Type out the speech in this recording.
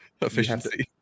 efficiency